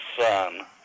son